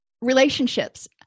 relationships